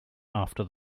after